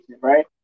right